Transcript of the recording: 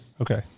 Okay